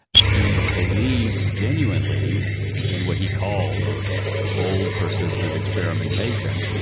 he believed genuinely in what he called bold, persistent experimentation,